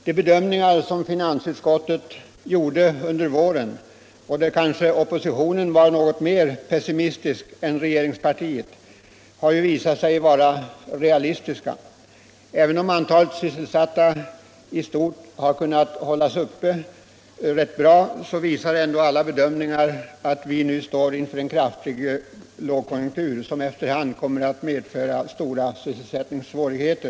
De bedömningar som finansutskottet gjorde under våren, då oppositionen kanske var något mer pessimistisk än regeringspartiet, har visat sig vara realistiska. Även om antalet sysselsatta i stort har kunnat hållas uppe rätt bra, visar ändå alla bedömningar att vi nu står inför en kraftig lågkonjunktur, som efter hand kommer att medföra stora sysselsättningssvårigheter.